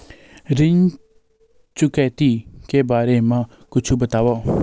ऋण चुकौती के बारे मा कुछु बतावव?